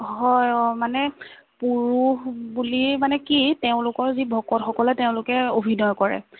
হয় অঁ মানে পুৰুষ বুলি মানে কি তেওঁলোকৰ যি ভকতসকলে তেওঁলোকে অভিনয় কৰে